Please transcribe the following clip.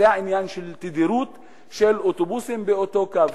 זה העניין של תדירות של אוטובוסים באותו קו.